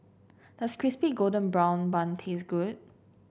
does Crispy Golden Brown Bun taste good